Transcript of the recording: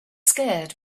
scared